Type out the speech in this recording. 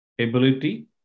ability